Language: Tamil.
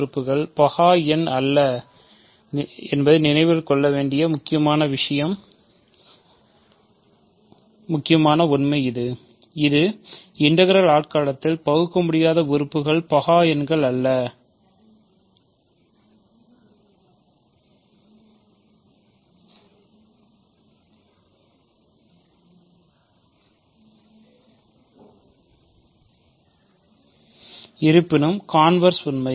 இருப்பினும் கான்வார்ஸ் உண்மை